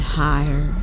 higher